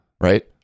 right